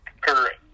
Correct